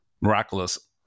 miraculous